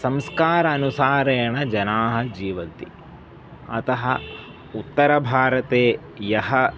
संस्कारानुसारेण जनाः जीवन्ति अतः उत्तरभारते यः